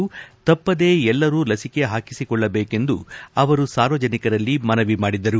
ಎಲ್ಲರೂ ತಪ್ಪದೇ ಲಸಿಕೆ ಹಾಕಿಸಿಕೊಳ್ಳಬೇಕೆಂದು ಅವರು ಸಾರ್ವಜನಿಕರಲ್ಲಿ ಮನವಿ ಮಾಡಿದರು